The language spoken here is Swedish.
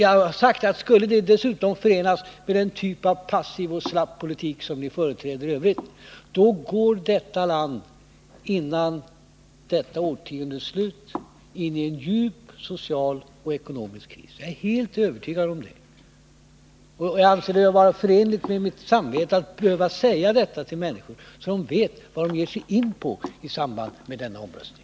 Jag har sagt: Skulle det dessutom förenas med den typ av passiv och slapp politik som ni företräder i övrigt, då går detta land, innan årtiondet är slut, ini en djup social och ekonomisk kris. Jag är helt övertygad om det, och jag anser att det är förenligt med mitt samvete att säga detta till människor, så att de vet vad de ger sig in på i samband med denna omröstning.